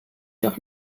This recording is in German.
doch